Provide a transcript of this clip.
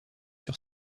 sur